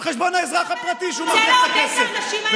על חשבון האזרח הפרטי, שצריך לתת את הכסף.